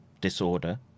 disorder